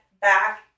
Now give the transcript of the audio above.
back